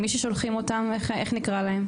מי ששולחים אותם איך נקרא להם?